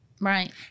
Right